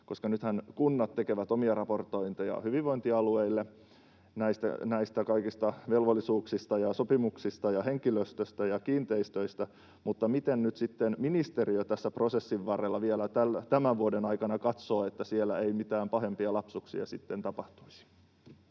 Nythän kunnat tekevät omia raportointejaan hyvinvointialueille näistä kaikista velvollisuuksista ja sopimuksista ja henkilöstöstä ja kiinteistöistä, niin miten nyt sitten ministeriö tässä prosessin varrella vielä tämän vuoden aikana katsoo, että siellä ei mitään pahempia lapsuksia sitten tapahtuisi.